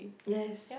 yes